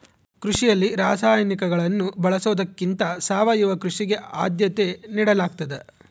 ಕೃಷಿಯಲ್ಲಿ ರಾಸಾಯನಿಕಗಳನ್ನು ಬಳಸೊದಕ್ಕಿಂತ ಸಾವಯವ ಕೃಷಿಗೆ ಆದ್ಯತೆ ನೇಡಲಾಗ್ತದ